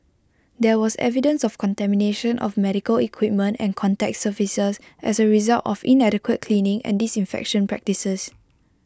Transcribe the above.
there was evidence of contamination of medical equipment and contact surfaces as A result of inadequate cleaning and disinfection practices